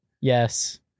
Yes